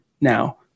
now